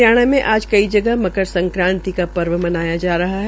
हरियाणा में आज कई जगह मकर संक्रांति का पर्व मनाया जा रहा है